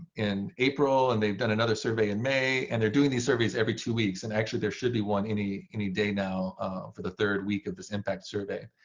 in april. and they've done another survey in may. and they're doing these surveys every two weeks. and actually, there should be one any any day now for the third week of this impact survey.